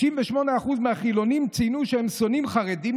38% מהחילונים ציינו שהם שונאים חרדים,